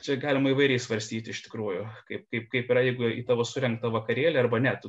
čia galima įvairiai svarstyti iš tikrųjų kaip kaip kaip yra jeigu į tavo surengtą vakarėlį arba ne tu